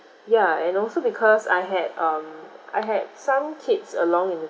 ya and also because I had um I had some kids along in the